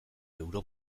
euro